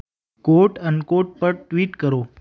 coat unquote पर tweet करो